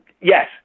yes